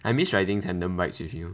I miss riding tandem bikes with you